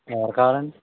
ఎవరు కావాలండి